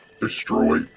destroy